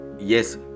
Yes